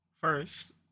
First